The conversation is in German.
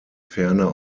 ferner